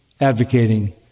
advocating